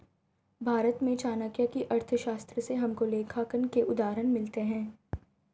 भारत में चाणक्य की अर्थशास्त्र से हमको लेखांकन के उदाहरण मिलते हैं